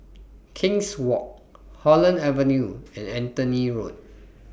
King's Walk Holland Avenue and Anthony Road